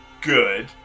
good